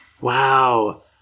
Wow